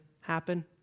happen